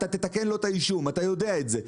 אתה תתקן לו את האישום ואתה יודע את זה.